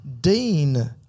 dean